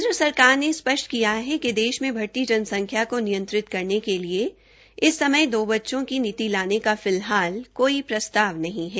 केन्द्र सरकार ने स्पष्ट किया है कि देश में बढ़ती जनसंख्या को नियंत्रित करने के लिए इस समय दो बच्चों की नीति लाने का फिलहाल कोई प्रस्ताव नहीं है